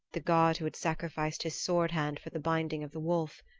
the god who had sacrificed his swordhand for the binding of the wolf.